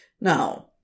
Now